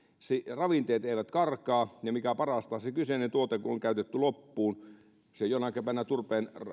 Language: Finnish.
ravinteet eivät karkaa ja mikä parasta kun se kyseinen tuote on käytetty loppuun jonakin päivänä sen